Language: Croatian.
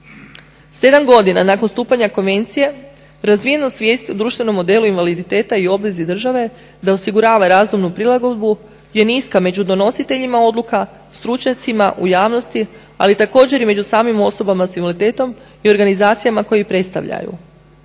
7 godina nakon stupanja konvencije razvijenost svijesti u društvenom modelu invaliditeta i obvezi države da osigurava razumnu prilagodbu je niska među donositeljima odluka, stručnjacima u javnosti ali također i među samim osobama s invaliditetom i organizacijama koji predstavljaju.